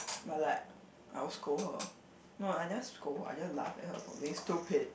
but like I will scold her no I never scold her I just laugh at her for being stupid